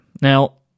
Now